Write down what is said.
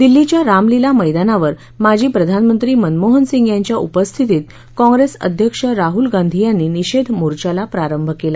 दिल्लीच्या रामलीला मैदानावर माजी प्रधानमंत्री मनमोहन सिंग यांच्या उपस्थितीत काँग्रेस अध्यक्ष राह्ल गांधी यांनी निषेध मोर्चाला प्रारंभ केला